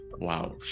Wow